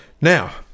Now